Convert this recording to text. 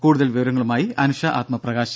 കൂടുതൽ വിവരങ്ങളുമായി അനുഷ ആത്മപ്രകാശ്